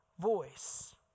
voice